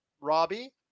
Robbie